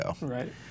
Right